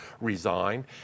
resigned